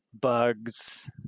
bugs